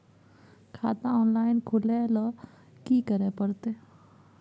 खाता ऑनलाइन खुले ल की करे परतै?